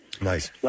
Nice